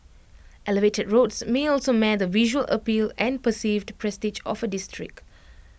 elevated roads may also mar the visual appeal and perceived prestige of A district